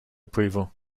approval